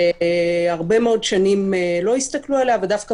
שהרבה מאוד שנים לא הסתכלו עליה ודווקא